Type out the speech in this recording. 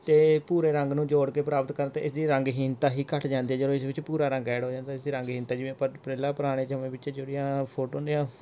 ਅਤੇ ਭੂਰੇ ਰੰਗ ਨੂੰ ਜੋੜ ਕੇ ਪ੍ਰਾਪਤ ਕਰਨ 'ਤੇ ਇਸਦੀ ਰੰਗਹੀਣਤਾ ਹੀ ਘੱਟ ਜਾਂਦੀ ਹੈ ਜਦੋਂ ਇਸ ਵਿੱਚ ਭੂਰਾ ਰੰਗ ਐਡ ਹੋ ਜਾਂਦਾ ਇਸ ਦੀ ਰੰਗਹੀਣਤਾ ਜਿਵੇਂ ਆਪਾਂ ਪਹਿਲਾਂ ਪੁਰਾਣੇ ਸਮੇਂ ਪਿੱਛੇ ਜਿਹੜੀਆਂ ਫੋਟੋਆਂ ਹੁੰਦੀਆਂ